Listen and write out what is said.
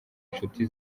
inshuti